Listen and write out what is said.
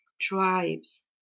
tribes